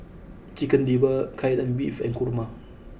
Chicken Liver Kai Lan Beef and Kurma